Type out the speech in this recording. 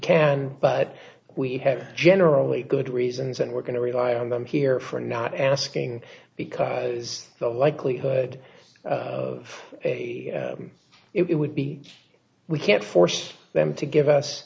can but we have generally good reasons and we're going to rely on them here for not asking because the likelihood of it would be we can't force them to give us